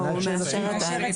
הוא מאשר את